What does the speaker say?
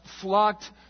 flocked